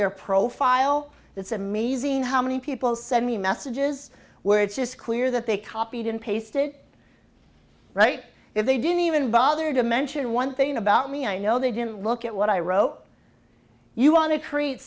their profile it's amazing how many people send me messages where it's just clear that they copied and pasted right if they didn't even bother to mention one thing about me i know they didn't look at what i wrote you want to create